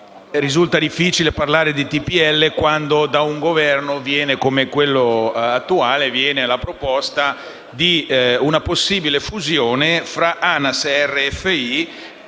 risulta difficile parlare di TPL quando da un Governo come quello attuale viene la proposta di una possibile fusione tra ANAS e